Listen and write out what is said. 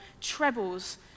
trebles